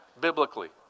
biblically